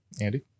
Andy